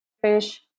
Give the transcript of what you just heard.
fish